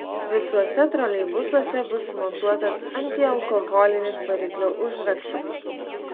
visuose troleibusuose bus sumontuotas antialkoholinis variklio užraktas